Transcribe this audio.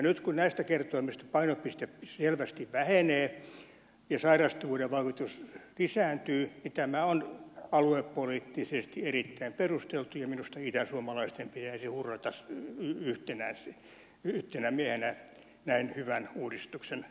nyt kun näistä kertoimista painopiste selvästi vähenee ja sairastuvuuden vaikutus lisääntyy tämä on aluepoliittisesti erittäin perusteltua ja minusta itäsuomalaisten pitäisi hurrata yhtenä miehenä näin hyvän uudistuksen takia